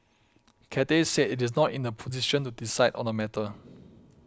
Cathay said it is not in the position to decide on the matter